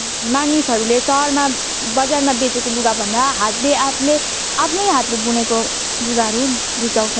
मानिसहरूले सहरमा बजारमा बेचेको लुगाभन्दा हातले आफूले आफ्नै हातले बुनेको लुगाहरू रुचाउँछ